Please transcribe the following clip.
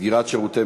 שכבר התחיל,